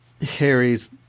Harry's